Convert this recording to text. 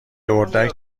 اردک